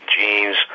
jeans